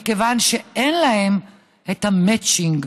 מכיוון שאין להם את המצ'ינג.